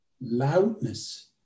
loudness